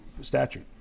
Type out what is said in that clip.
statute